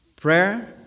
Prayer